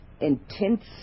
intense